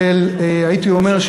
הייתי אומר,